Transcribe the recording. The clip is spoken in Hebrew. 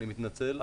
אני מתנצל.